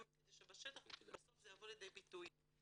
גם כדי שבשטח בסוף זה יבוא לידי ביטוי.